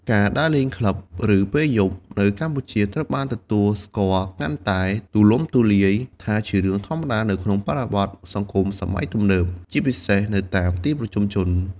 ការដើរលេងក្លឹប ឬពេលយប់នៅកម្ពុជា ត្រូវបានទទួលស្គាល់កាន់តែទូលំទូលាយថាជារឿងធម្មតា នៅក្នុងបរិបទសង្គមសម័យទំនើប ជាពិសេសនៅតាមទីប្រជុំជន ។